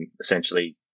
essentially –